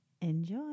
Enjoy